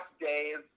days